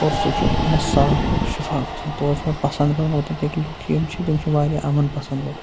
اور سُہ چھُ بَڑٕ صافو شِفاف آسان تورٕ چھُ مےٚ پَسند گژھُن مَگر لُکھ یِم چھِ تِم چھِ واریاہ اَمُن پَسند